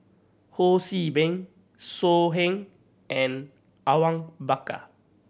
Ho See Beng So Heng and Awang Bakar